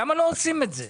למה לא עושים את זה?